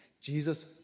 Jesus